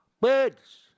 birds